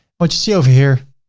what you see over here,